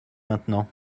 maintenant